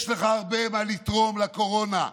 יש לך הרבה מה לתרום לקורונה,